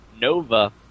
Nova